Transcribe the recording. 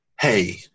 hey